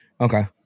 Okay